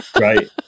Right